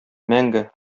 мәңге